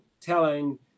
telling